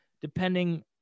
depending